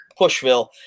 Pushville